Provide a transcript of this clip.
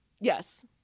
Yes